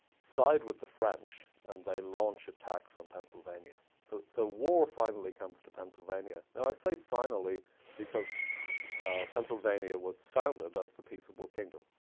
side with the french. and they launch attacks on pennsylvania. so so war finally comes to pennsylvania. now, i say finally because pennsylvania was founded as the peaceable kingdom.